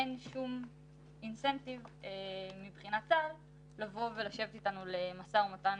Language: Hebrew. אין שום אינסנטיב מבחינתם לשבת איתנו למשא ומתן